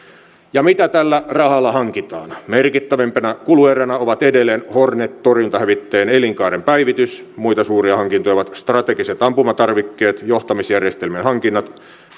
ja mitä tällä rahalla hankitaan merkittävimpänä kulueränä on edelleen hornet torjuntahävittäjien elinkaaren päivitys muita suuria hankintoja ovat strategiset ampumatarvikkeet johtamisjärjestel mien hankinnat